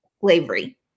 slavery